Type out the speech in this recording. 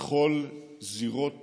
בכל זירות